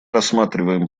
рассматриваем